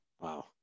Wow